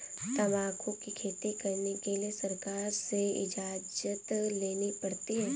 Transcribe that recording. तंबाकू की खेती करने के लिए सरकार से इजाजत लेनी पड़ती है